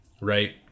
right